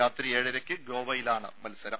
രാത്രി ഏഴരയ്ക്ക് ഗോവയിലാണ് മത്സരം